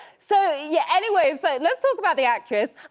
so, yeah, anyways, let's talk about the actress.